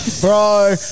Bro